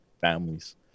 families